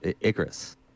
Icarus